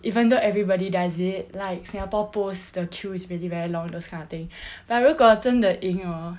even though everybody does it like singapore pools the queue is really very long those kind of thing but 如果真的赢 orh